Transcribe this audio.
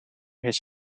his